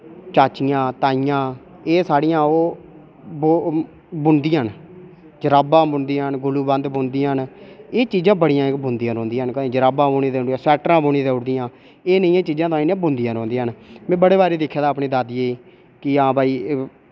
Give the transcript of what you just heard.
चाचियां ताइयां एह् साढ़ियां ओह् बुनदियां न जराबां बुनदियां न गुलबंद बुनदियां न एह् चीजां बड़ियां बुनदियां रौह्नदियां न कोई जराबां बुनी देऊड़दियां स्वैटरां बुनी देऊड़दियां एह् नेइयां चीजां तां इन्है बुनदियां रोह्नदियां न मैं बड़ी बारी दिक्खे दा अपनी दादिये कि हां भाई